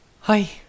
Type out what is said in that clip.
Hi